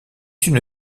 une